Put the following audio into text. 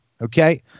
okay